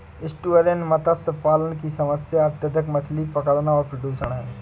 estuarine मत्स्य पालन की समस्या अत्यधिक मछली पकड़ना और प्रदूषण है